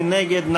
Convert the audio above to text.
מי נגד?